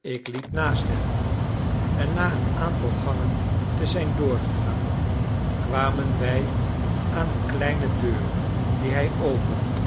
ik liep naast hem en na een aantal gangen te zijn doorgegaan kwamen wij aan eene kleine deur die hij opende